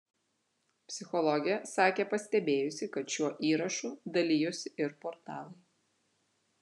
psichologė sakė pastebėjusi kad šiuo įrašu dalijosi ir portalai